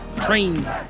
train